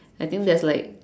I think there's like